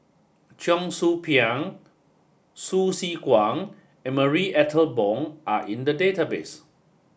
Cheong Soo Pieng Hsu Tse Kwang and Marie Ethel Bong are in the database